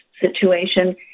situation